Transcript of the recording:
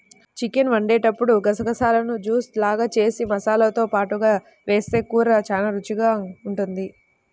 chicken వండేటప్పుడు గసగసాలను juice లాగా జేసి మసాలాతో పాటుగా వేస్తె కూర చానా రుచికరంగా ఉంటది